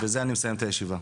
ובזה אני מסיים את הישיבה.